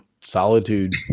solitude